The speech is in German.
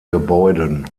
gebäuden